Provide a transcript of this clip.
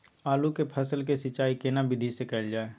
आलू के फसल के सिंचाई केना विधी स कैल जाए?